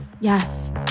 Yes